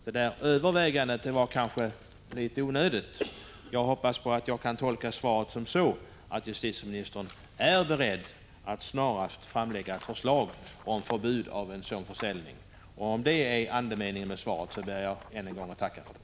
Det övervägandet är kanske litet onödigt. Jag hoppas att jag kan tolka svaret så att justitieministern är beredd att snarast framlägga förslag om förbud mot sådan försäljning. Om det är andemeningen i svaret, ber jag än en gång att få tacka.